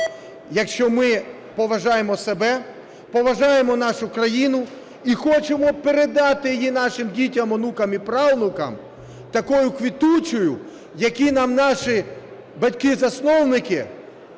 якщо ми поважаємо себе, поважаємо нашу країну і хочемо передати її нашим дітям, онукам і правнукам такою квітучою, якою нам наші батьки-засновники